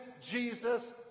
Jesus